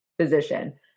physician